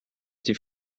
die